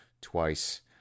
twice